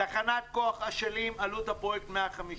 תחנת כוח אשלים עלות הפרויקט 150 מיליון,